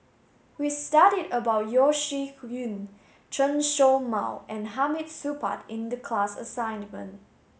we studied about Yeo Shih Yun Chen Show Mao and Hamid Supaat in the class assignment